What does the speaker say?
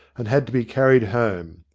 and had to be carried home.